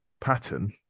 pattern